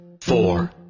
four